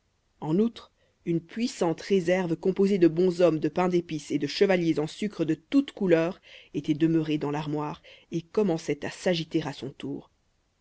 en outre une puissante réserve composée de bonshommes de pain d'épice et de chevaliers en sucre de toutes couleurs était demeurée dans l'armoire et commençait à s'agiter à son tour